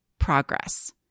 Progress